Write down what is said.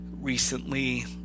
recently